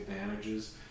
advantages